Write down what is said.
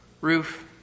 roof